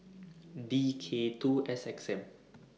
D K two S X M